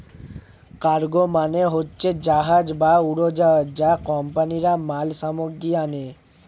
cargo মানে হচ্ছে জাহাজ বা উড়োজাহাজ যা কোম্পানিরা মাল সামগ্রী আনে